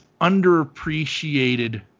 underappreciated